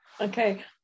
okay